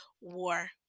War